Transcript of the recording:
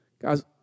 Guys